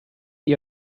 ihr